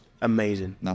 amazing